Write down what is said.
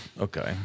Okay